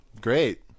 Great